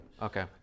Okay